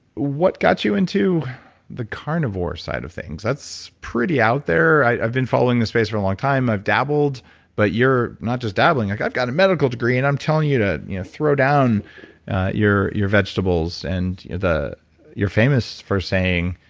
what got you into the carnivore side of things? that's pretty out there. i've been following this phase for a long time. i've dabbled but you're not just dabbling like, i've got a medical degree and i'm telling you to you know throw down your your vegetables. and you're famous for saying,